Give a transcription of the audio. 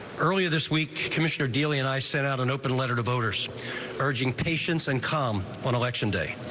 earlier this week commissioner dealing and i sent out an open letter to voters, a merging patience and calm on election day.